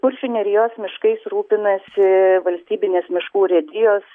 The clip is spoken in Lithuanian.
kuršių nerijos miškais rūpinasi valstybinės miškų urėdijos